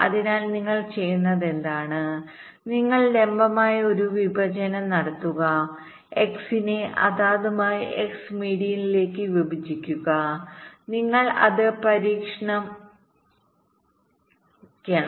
അതിനാൽ നിങ്ങൾ ചെയ്യുന്നതെന്താണ് നിങ്ങൾ ലംബമായി ഒരു വിഭജനം നടത്തുക x നെ അതാതുമായി x മീഡിയനിലേക്ക് വിഭജിക്കുക നിങ്ങൾ അത് പരീക്ഷിക്കണം